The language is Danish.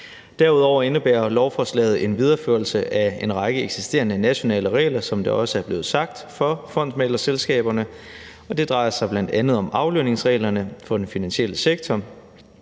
som det også er blevet sagt, en videreførelse af en række eksisterende nationale regler for fondsmæglerselskaberne, og det drejer sig bl.a. om aflønningsreglerne for den finansielle sektor